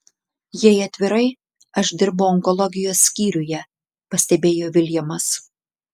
jei atvirai aš dirbu onkologijos skyriuje pastebėjo viljamas